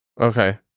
Okay